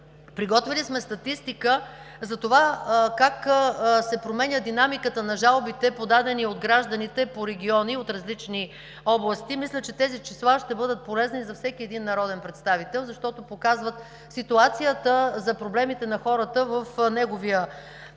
Приготвили сме статистика как се променя динамиката на жалбите, подадени от гражданите по региони от различни области. Мисля, че тези числа ще бъдат полезни за всеки народен представител, защото показват ситуацията за проблемите на хората в неговия регион.